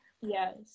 yes